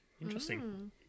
Interesting